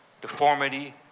deformity